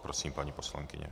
Prosím, paní poslankyně.